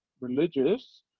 religious